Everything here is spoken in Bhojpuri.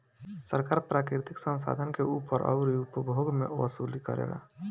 सरकार प्राकृतिक संसाधन के ऊपर अउरी उपभोग मे वसूली करेला